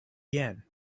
yen